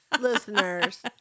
listeners